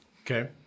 Okay